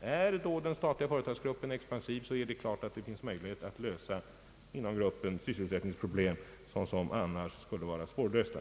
är den statliga företagsgruppen expansiv, finns det självfallet möjligheter att inom gruppen lösa sysselsättningsproblem som annars skulle vara svårlösta.